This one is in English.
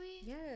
Yes